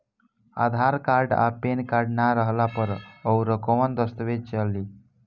आधार card आ PAN card ना रहला पर अउरकवन दस्तावेज चली?